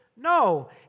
No